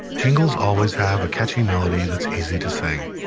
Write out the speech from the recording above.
jingles always have a catchy melody that's easy to sing.